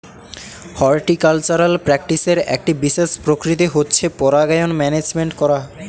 horticultural প্র্যাকটিসের একটি বিশেষ প্রকৃতি হচ্ছে পরাগায়ন ম্যানেজমেন্ট করা